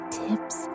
tips